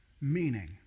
meaning